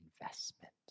investment